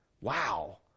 Wow